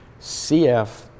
CF